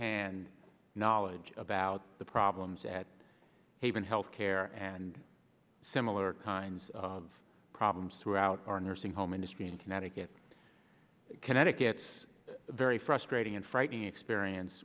hand knowledge about the problems at haven health care and similar kinds of problems throughout our nursing home industry in connecticut connecticut's very frustrating and frightening experience